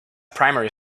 primary